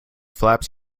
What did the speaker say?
flaps